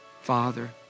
Father